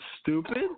stupid